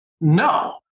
No